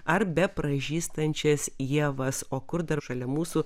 ar bepraižystančias ievas o kur dar šalia mūsų